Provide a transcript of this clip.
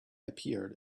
appeared